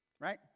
Right